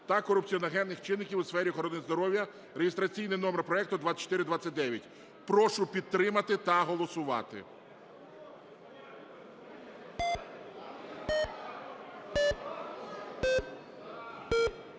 та корупціогенних чинників у сфері охорони здоров'я (реєстраційний номер проекту 2429). Прошу підтримати та голосувати.